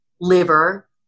liver